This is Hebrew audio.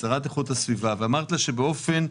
השרה לאיכות הסביבה ואמרתי להם שבאופן,